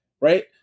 right